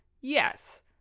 Yes